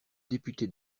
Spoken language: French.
député